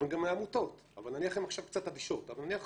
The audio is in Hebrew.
גם העמותות, הן עכשיו קצת אדישות, אבל נניח